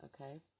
Okay